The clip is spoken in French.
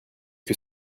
que